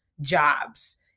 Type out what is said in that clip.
jobs